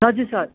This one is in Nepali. हजुर सर